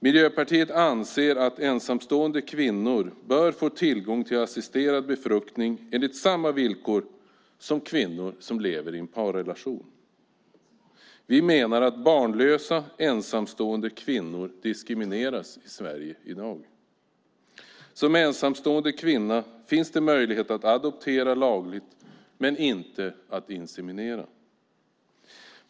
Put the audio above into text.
Miljöpartiet anser att ensamstående kvinnor bör få tillgång till assisterad befruktning enligt samma villkor som kvinnor som lever i en parrelation. Vi menar att barnlösa ensamstående kvinnor diskrimineras i Sverige i dag. Som ensamstående kvinna har man möjlighet att adoptera lagligt men inte att inseminera.